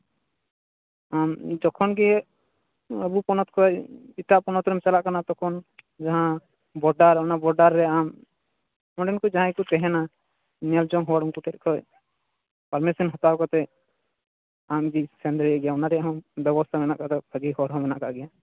ᱟᱢ ᱡᱚᱠᱷᱚᱱ ᱜᱮ ᱟᱵᱚ ᱯᱚᱱᱚᱛ ᱠᱷᱚᱱ ᱮᱴᱟᱜ ᱯᱚᱱᱚᱛ ᱨᱮᱢ ᱪᱟᱞᱟᱜ ᱠᱟᱱᱟ ᱛᱚᱠᱷᱚᱱ ᱡᱟᱦᱟᱸ ᱵᱚᱰᱟᱨ ᱚᱱᱟ ᱵᱚᱰᱟᱨ ᱨᱮ ᱟᱢ ᱚᱸᱰᱮᱱ ᱠᱚ ᱡᱟᱦᱟᱸᱭ ᱠᱚ ᱛᱟᱦᱮᱱᱟ ᱧᱮᱞ ᱡᱚᱝ ᱦᱚᱲ ᱩᱱᱠᱩ ᱴᱷᱮᱱ ᱠᱷᱚᱱ ᱯᱟᱨᱢᱤᱥᱮᱱ ᱦᱟᱛᱟᱣ ᱠᱟᱛᱮ ᱟᱢ ᱡᱩᱫᱤ ᱥᱮᱱ ᱫᱟᱲᱮᱭᱟᱜ ᱜᱮᱭᱟᱢ ᱚᱱᱟ ᱨᱮᱭᱟᱜ ᱦᱚᱸ ᱵᱮᱵᱚᱥᱛᱟ ᱦᱮᱱᱟᱜ ᱠᱟᱜ ᱜᱮᱭᱟ ᱵᱷᱟᱜᱮ ᱦᱚᱨ ᱦᱚᱸ ᱢᱮᱱᱟᱜ ᱠᱟᱜ ᱜᱮᱭᱟ